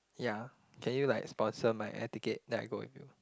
yeah can you like sponsor my air ticket then I go with you